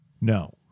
No